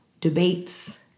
Debates